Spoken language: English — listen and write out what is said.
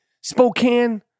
Spokane